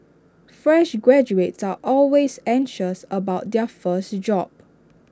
fresh graduates are always anxious about their first job